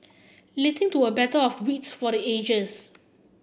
leading to a battle of wits for the ages